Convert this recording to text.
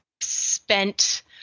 spent